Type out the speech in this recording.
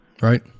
Right